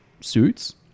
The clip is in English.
suits